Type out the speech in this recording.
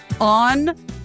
on